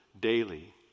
daily